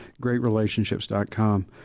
greatrelationships.com